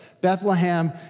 Bethlehem